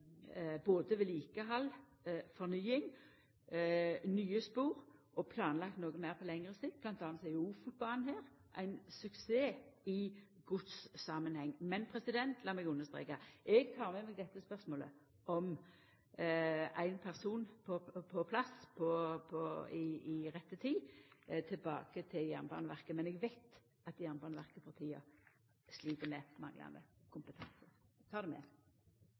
både vedlikehald, fornying og nye spor, og planlagt noko meir på lengre sikt – bl.a. er Ofotbanen ein suksess i godssamanheng. Men lat meg understreka: Eg tek med meg dette spørsmålet om ein person på plass i rett tid tilbake til Jernbaneverket. Eg veit at Jernbaneverket for tida slit med manglande kompetanse,